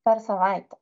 per savaitę